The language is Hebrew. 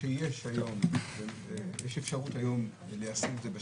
שיש היום אפשרות ליישם את זה בשטח,